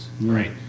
right